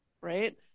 Right